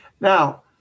now